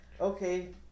okay